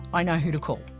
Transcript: i know who to call.